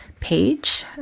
page